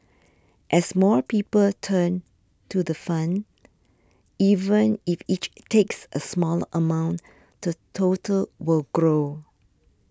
as more people turn to the fund even if each takes a smaller amount the total will grow